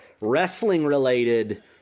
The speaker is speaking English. Wrestling-related